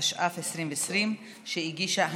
התש"ף 2020, שהגישה הממשלה.